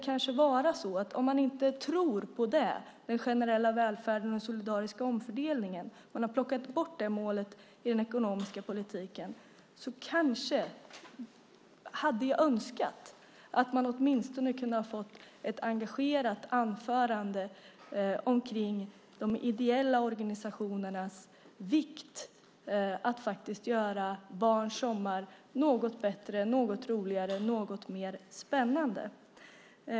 Även om man inte tror på den generella välfärden och den solidariska omfördelningen, eftersom man plockat bort det målet i den ekonomiska politiken, hade jag önskat att jag fått ett engagerat svar åtminstone beträffande de ideella organisationernas betydelse för att göra barns sommar något bättre, något roligare, något mer spännande.